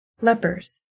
Lepers